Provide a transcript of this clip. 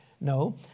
No